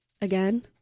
again